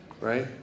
right